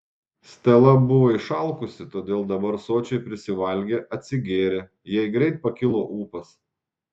stela buvo išalkusi todėl dabar sočiai prisivalgė atsigėrė jai greit pakilo ūpas